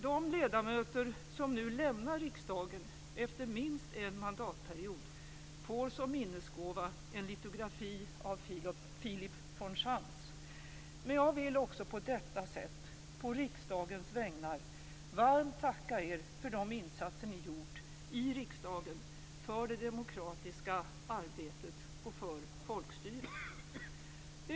De ledamöter som nu lämnar riksdagen efter minst en mandatperiod får som minnesgåva en litografi av Philip von Schantz. Men jag vill också på detta sätt, på riksdagens vägnar, varmt tacka er för de insatser som ni gjort i riksdagen, för det demokratiska arbetet och för folkstyret.